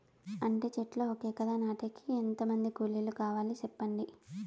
అంటి చెట్లు ఒక ఎకరా నాటేకి ఎంత మంది కూలీలు కావాలి? సెప్పండి?